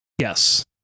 yes